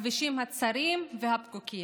בכבישים הצרים והפקוקים.